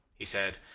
he said,